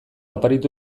oparitu